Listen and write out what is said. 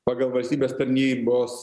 pagal valstybės tarnybos